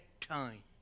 time